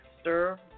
Stir